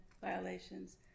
violations